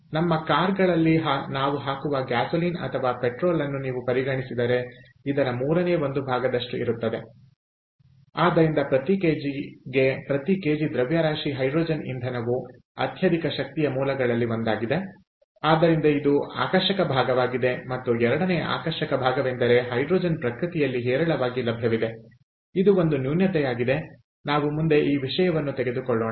ನಮ್ಮ ಕಾರುಗಳಲ್ಲಿ ನಾವು ಹಾಕುವ ಗ್ಯಾಸೋಲಿನ್ ಅಥವಾ ಪೆಟ್ರೋಲ್ಅನ್ನು ನೀವು ಪರಿಗಣಿಸಿದರೆ ಇದರ ಮೂರನೇ ಒಂದು ಭಾಗದಷ್ಟು ಇರುತ್ತದೆ ಆದ್ದರಿಂದ ಪ್ರತಿ ಕೆಜಿಗೆ ಪ್ರತಿ ಕೆಜಿ ದ್ರವ್ಯರಾಶಿ ಹೈಡ್ರೋಜನ್ ಇಂಧನವು ಅತ್ಯಧಿಕ ಶಕ್ತಿಯ ಮೂಲಗಳಲ್ಲಿ ಒಂದಾಗಿದೆ ಆದ್ದರಿಂದ ಅದು ಆಕರ್ಷಕ ಭಾಗವಾಗಿದೆ ಮತ್ತು ಎರಡನೆಯ ಆಕರ್ಷಕ ಭಾಗವೆಂದರೆ ಹೈಡ್ರೋಜನ್ ಪ್ರಕೃತಿಯಲ್ಲಿ ಹೇರಳವಾಗಿ ಲಭ್ಯವಿದೆ ಇದು ಒಂದು ನ್ಯೂನತೆಯಾಗಿದೆ ನಾವು ಮುಂದೆ ಈ ವಿಷಯವನ್ನು ತೆಗೆದುಕೊಳ್ಳೋಣ